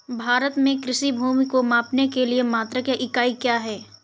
भारत में कृषि भूमि को मापने के लिए मात्रक या इकाई क्या है?